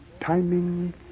timing